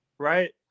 Right